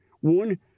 One